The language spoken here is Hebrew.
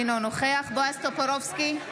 אינו נוכח בועז טופורובסקי,